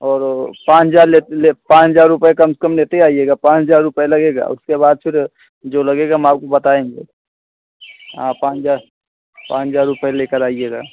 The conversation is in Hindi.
और पाँच हज़ार पाँच हज़ार रुपया कम से कम लेते आइएगा पाँच हज़ार रुपया लगेगा उसके बाद फिर जो लगेगा माल तो बताएँगे हाँ पाँच हज़ार पाँच हज़ार रुपया लेकर आइएगा